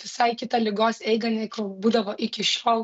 visai kitą ligos eigą nei kol būdavo iki šiol